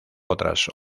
otras